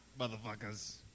motherfuckers